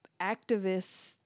activists